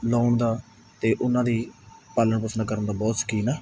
ਲਾਉਣ ਦਾ ਅਤੇ ਉਹਨਾਂ ਦੀ ਪਾਲਣ ਪੋਸ਼ਣ ਕਰਨ ਦਾ ਬਹੁਤ ਸ਼ੌਕੀਨ ਆ